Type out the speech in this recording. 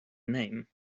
name